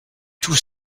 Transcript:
tous